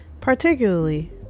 particularly